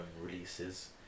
releases